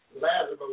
Lazarus